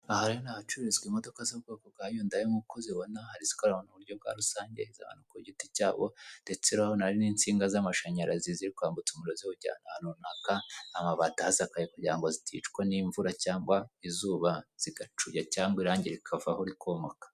Aha ni ahacururizwa imodoka zo mu bwoko bwa Hyundai nkuko uzibona hari izitwara abantu ku buryo rusange cyangwa iz'abantu ku giti cyabo ndetse urabona insinga z'amashanyarazi ziri kwambutsa umuriro ahantu runaka amabati ahasakaye ngo ziticwa n'imvura cyangwa izuba zigacuya cyangwa irange rikavaho rikomoka.